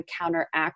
counteract